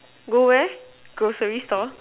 go where grocery store